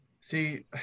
See